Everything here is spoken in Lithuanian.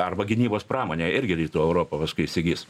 arba gynybos pramonę irgi rytų europa paskui įsigis